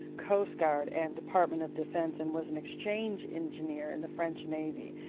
coast guard, and department of defense, and was an exchange engineer in the french navy.